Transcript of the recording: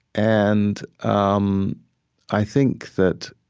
and um i think that,